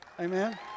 Amen